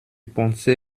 poncé